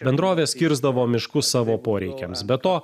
bendrovės kirsdavo miškus savo poreikiams be to